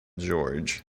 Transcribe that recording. jorge